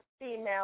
female